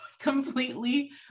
completely